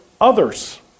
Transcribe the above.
others